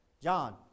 John